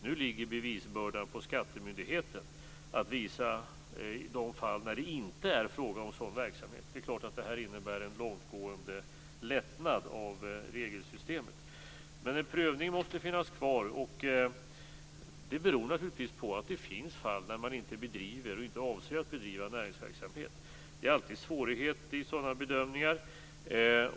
Nu ligger bevisbördan på skattemyndigheten när det gäller att visa på de fall där det inte är fråga om sådan verksamhet. Det är klart att det här innebär en långtgående lättnad av regelsystemet. En prövning måste dock finnas kvar. Det beror naturligtvis på att det finns fall där man inte bedriver och inte avser att bedriva näringsverksamhet. Det är alltid svårigheter med sådana bedömningar.